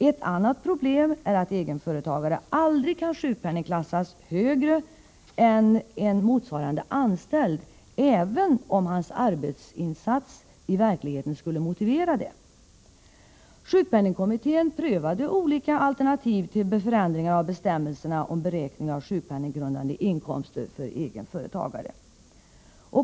Ett annat problem är, att en egenföretagare aldrig kan sjukpenningplaceras i högre inkomst än motsvarande anställd, även om hans arbetsinsats i verkligheten skulle motivera det. Sjukpenningkommittén prövade olika alternativ till förändringar av bestämmelserna om beräkning av sjukpenninggrundande inkomst för egenföretagare.